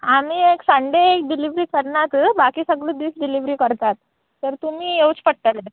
आमी एक संडे एक डिलिवरी करनात बाकी सगळी दीस डिलिवरी करतात तर तुमी येवचे पडटले